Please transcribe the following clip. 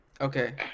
Okay